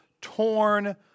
torn